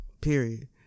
period